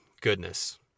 Goodness